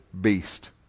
beast